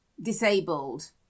disabled